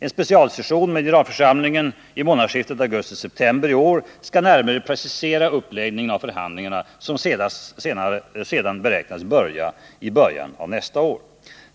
En specialsession med generalförsamlingen i månadsskiftet augusti-september i år skall närmare precisera uppläggningen av förhandlingarna, som sedan beräknas starta i början av nästa år.